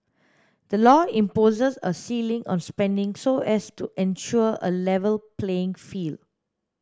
the law imposes a ceiling on spending so as to ensure a level playing field